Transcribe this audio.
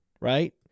right